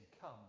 come